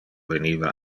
veniva